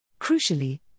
Crucially